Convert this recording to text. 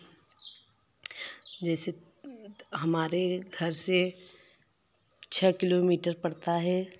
जैसे हमारे घर से छः किलो मीटर पड़ता है